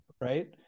Right